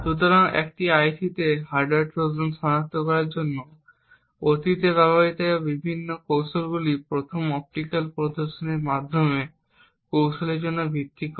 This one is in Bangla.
সুতরাং একটি আইসিতে হার্ডওয়্যার ট্রোজান সনাক্ত করার জন্য অতীতে ব্যবহৃত বিভিন্ন কৌশলগুলি প্রথমে অপটিক্যাল পরিদর্শনের মাধ্যমে কৌশলের উপর ভিত্তি করে